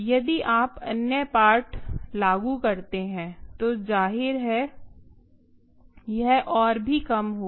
यदि आप अन्य पार्ट लागू करते हैं तो जाहिर है यह और भी कम होगा